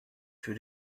für